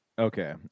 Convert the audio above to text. Okay